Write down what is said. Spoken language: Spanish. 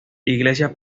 iglesia